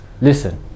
Listen